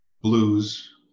blues